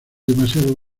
demasiado